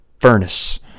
furnace